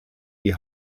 die